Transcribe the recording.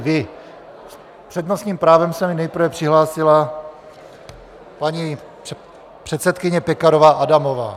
S přednostním právem se mi nejprve přihlásila paní předsedkyně Pekarová Adamová.